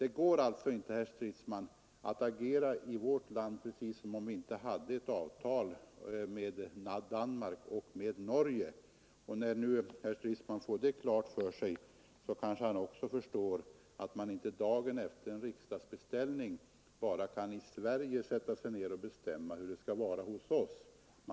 Det går inte, herr Stridsman, att agera i vårt land precis som om vi inte hade ett avtal med Danmark och Norge. När herr Stridsman nu fått detta klart för sig kanske herr Stridsman också förstår att man inte dagen efter en riksdagsbeställning bara kan sätta sig ner och bestämma hur det skall vara hos oss i Sverige.